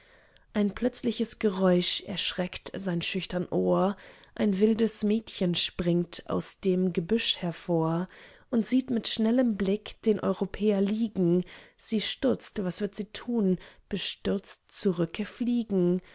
ein plötzliches geräusch erschreckt sein schüchtern ohr ein wildes mädchen springt aus dem gebüsch hervor und sieht mit schnellem blick den europäer liegen sie stutzt was wird sie tun bestürzt zurücke